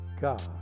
God